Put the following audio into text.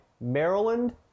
Maryland